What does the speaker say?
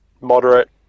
moderate